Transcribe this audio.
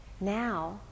Now